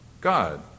God